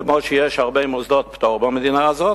כמו שיש הרבה מוסדות פטור במדינה הזאת,